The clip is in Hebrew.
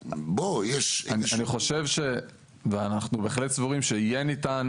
אני חושב ואנחנו בהחלט סבורים שיהיה ניתן